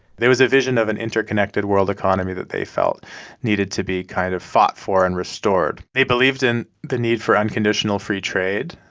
there was a vision of an interconnected world economy that they felt needed to be kind of fought for and restored. they believed in the need for unconditional free trade.